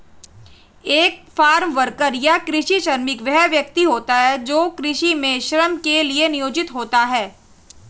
एक farm worker या कृषि श्रमिक वह व्यक्ति होता है जो कृषि में श्रम के लिए नियोजित होता है